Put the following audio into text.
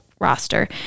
roster